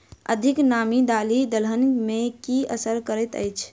अधिक नामी दालि दलहन मे की असर करैत अछि?